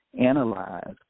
analyze